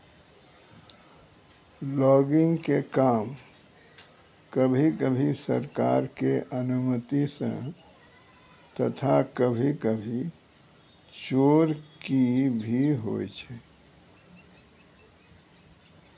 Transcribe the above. logging के काम कभी कभी सरकार के अनुमती सॅ तथा कभी कभी चोरकी भी होय छै